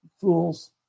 Fools